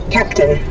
Captain